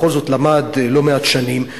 בכל זאת למד לא מעט שנים,